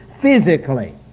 physically